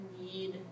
need